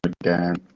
again